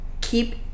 keep